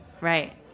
Right